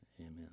Amen